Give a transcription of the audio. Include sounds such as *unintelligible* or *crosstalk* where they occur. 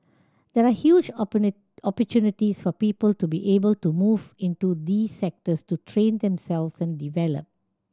there are huge *unintelligible* opportunities for people to be able to move into these sectors to train themselves and develop